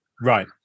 Right